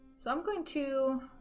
so i'm going to